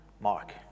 Mark